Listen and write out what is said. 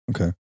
Okay